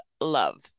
love